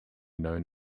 known